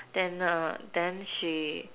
then then she